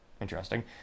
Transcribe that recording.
Interesting